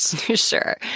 Sure